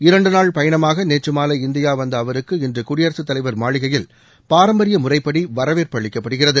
இரண்டுநாள் பயணமாக நேற்று மாலை இந்தியா வந்த அவருக்கு இன்று குடியரசுத் தலைவர் மாளிகையில் பாரம்பரிய முறைப்படி வரவேற்பு அளிக்கப்படுகிறது